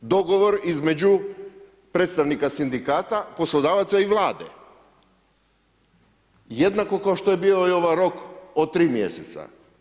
Dogovor između predstavnika sindikata, poslodavaca i Vlade jednako kao što je bio i ovaj rok od 3 mjeseca.